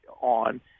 on